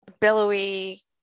billowy